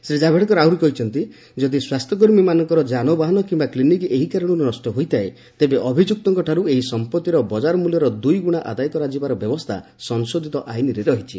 ଶ୍ରୀ ଜାବଡେକର କହିଛନ୍ତି ଯଦି ସ୍ୱାସ୍ଥ୍ୟକର୍ମୀମାନଙ୍କର ଯାନବାହାନ କିମ୍ବା କ୍ଲିନିକ୍ ଏହି କାରଣରୁ ନଷ୍ଟ ହୋଇଥାଏ ତେବେ ଅଭିଯୁକ୍ତଙ୍କଠାରୁ ଏହି ସମ୍ପତ୍ତିର ବଜାର ମୂଲ୍ୟର ଦୁଇଗୁଣା ଆଦାୟ କରାଯିବାର ବ୍ୟବସ୍ଥା ସଂଶୋଧିତ ଆଇନରେ ରହିଛି